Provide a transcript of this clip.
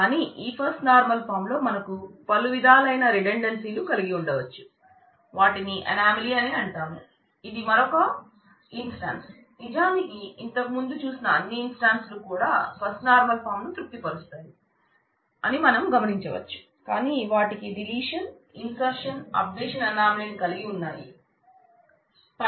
కానీ ఈ first normal form anomaly లను కలిగి ఉన్నాయిల్